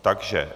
Takže...